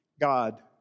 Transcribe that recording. God